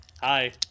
hi